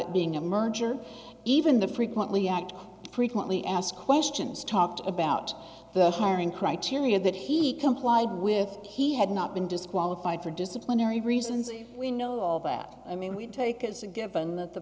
it being a merger even the frequently act frequently asked questions talked about the hiring criteria that he complied with he had not been disqualified for disciplinary reasons we know all that i mean we take as a given that the